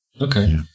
Okay